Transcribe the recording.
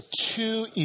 two